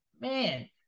man